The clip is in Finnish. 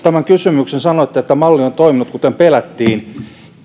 kysymyksen sanoitte että malli on toiminut kuten pelättiin